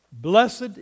Blessed